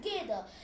together